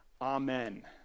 amen